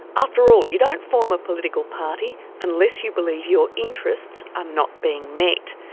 after all, you don't form a political party unless you believe your interests are not being met.